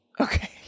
Okay